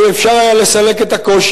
מוטב לו אפשר היה לסלק את הקושי,